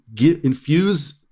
infuse